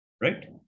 right